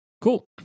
cool